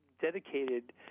dedicated